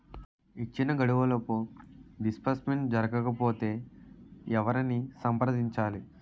ఇచ్చిన గడువులోపు డిస్బర్స్మెంట్ జరగకపోతే ఎవరిని సంప్రదించాలి?